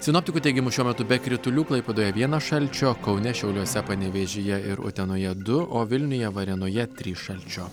sinoptikų teigimu šiuo metu be kritulių klaipėdoje vienas šalčio kaune šiauliuose panevėžyje ir utenoje du o vilniuje varėnoje trys šalčio